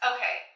Okay